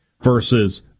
versus